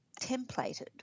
templated